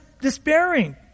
despairing